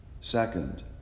Second